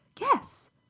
yes